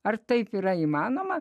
ar taip yra įmanoma